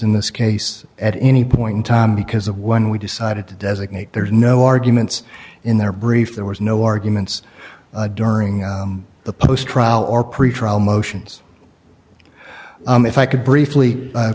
in this case at any point in time because of when we decided to designate there's no arguments in their brief there was no arguments during the post trial or pretrial motions if i could briefly